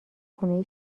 خونه